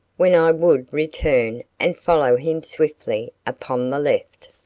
when i would return and follow him swiftly upon the left.